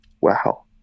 Wow